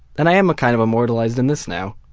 and i am kind of immortalized in this now.